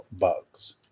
bugs